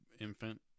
infant